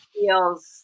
feels